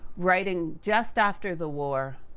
writing just after the war,